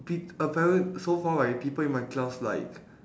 peop~ apparently so far right people in my class like